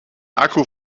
akku